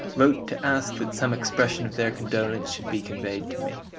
wrote to ask that some expression of their condolence should be conveyed to me.